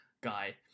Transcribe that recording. guy